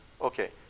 Okay